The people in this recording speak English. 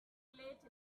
late